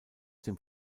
dem